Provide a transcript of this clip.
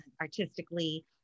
artistically